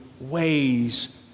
ways